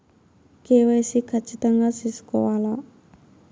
KYC ఖచ్చితంగా సేసుకోవాలా